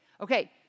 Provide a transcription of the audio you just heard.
Okay